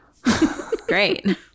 great